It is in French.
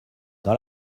dans